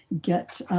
get